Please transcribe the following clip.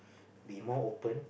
be more open